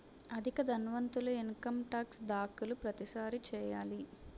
అధిక ధనవంతులు income tax దాఖలు ప్రతిసారి చేయాలి